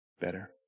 better